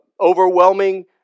Overwhelming